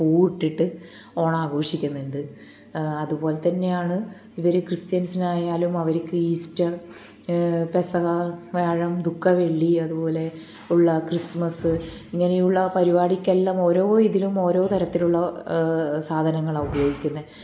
പൂ ഇട്ടിട്ട് ഓണാഘോഷിക്കുന്നുണ്ട് അതുപോലെതന്നെയാണ് ഇവർ ക്രിസ്ത്യൻസിനു ആയാലും അവർക്ക് ഈസ്റ്റർ പെസഹ വ്യാഴം ദുഃഖ വെള്ളി അതുപോലെ ഉള്ള ക്രിസ്മസ് ഇങ്ങനെയുള്ള പരിപാടിക്കെല്ലാം ഓരോ ഇതിലും ഓരോ തരത്തിലുള്ള സാധനങ്ങളാണ് ഉപയോഗിക്കുന്നത്